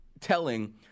telling